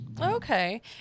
Okay